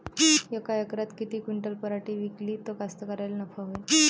यका एकरात किती क्विंटल पराटी पिकली त कास्तकाराइले नफा होईन?